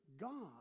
god